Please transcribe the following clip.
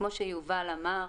כמו שיובל אמר,